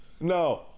No